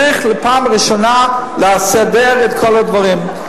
צריך פעם ראשונה לסדר את כל הדברים.